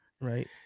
right